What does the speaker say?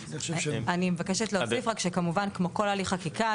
אני מבקשת להוסיף רק שכמובן כמו כל הליך חקיקה,